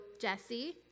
Jesse